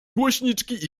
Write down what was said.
głośniczki